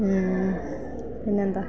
പിന്നെ എന്താണ്